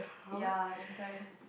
ya that's why